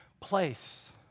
place